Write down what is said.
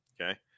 okay